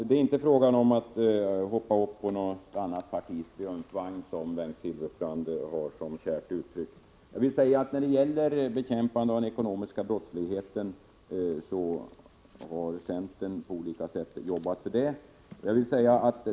Det är inte fråga om att hoppa upp på något annat partis triumfvagn, som Bengt Silfverstrand har som ett kärt uttryck. Centern har på olika sätt arbetat för bekämpning av den ekonomiska brottsligheten.